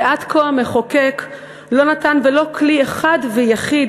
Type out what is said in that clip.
ועד כה המחוקק לא נתן ולו כלי אחד ויחיד